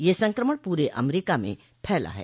यह संक्रमण पूरे अमरीका में फैला है